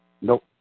Nope